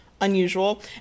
unusual